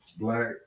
black